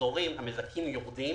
המחזורים המזכים יורדים